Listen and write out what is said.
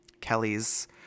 Kelly's